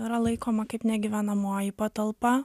yra laikoma kaip negyvenamoji patalpa